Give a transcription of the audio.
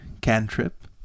cantrip